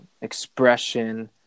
expression